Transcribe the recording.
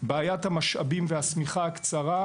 לגבי בעיית המשאבים והשמיכה הקצרה,